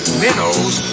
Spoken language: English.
minnows